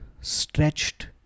stretched